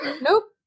Nope